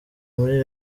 muri